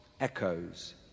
echoes